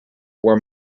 were